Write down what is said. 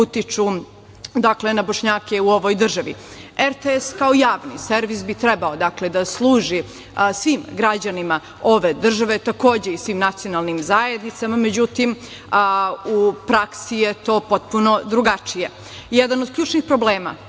utiču na Bošnjake u ovoj državi. RTS kao javni servis bi trebao da služi svim građanima ove države, takođe i svim nacionalnim zajednicama. Međutim, u praksi je to potpuno drugačije. Jedan od ključnih problema